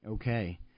Okay